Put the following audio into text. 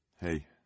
Hey